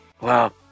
Wow